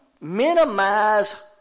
minimize